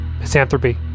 Misanthropy